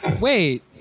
wait